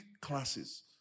classes